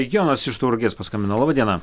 jonas iš tauragės paskambino laba diena